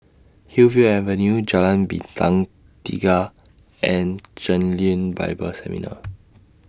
Hillview Avenue Jalan Bintang Tiga and Chen Lien Bible Seminar